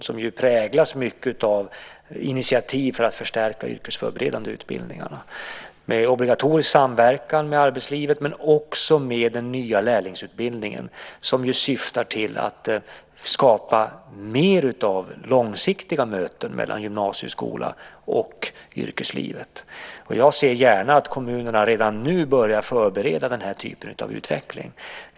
Den präglas ju av initiativ för att stärka de yrkesförberedande utbildningarna dels genom obligatorisk samverkan med arbetslivet, dels genom den nya lärlingsutbildningen som syftar till att skapa mer långsiktiga möten mellan gymnasieskolan och yrkeslivet. Jag ser därför gärna att kommunerna redan nu börjar förbereda den typen av utveckling.